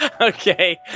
Okay